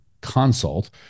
consult